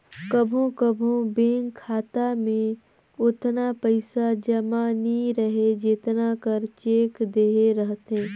कभों कभों बेंक खाता में ओतना पइसा जमा नी रहें जेतना कर चेक देहे रहथे